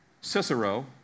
Cicero